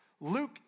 Luke